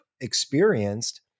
experienced